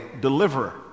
deliverer